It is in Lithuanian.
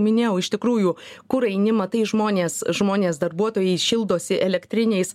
minėjau iš tikrųjų kur eini matai žmonės žmonės darbuotojai šildosi elektriniais